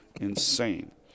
insane